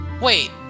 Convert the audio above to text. Wait